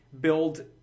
build